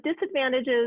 disadvantages